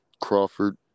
Crawford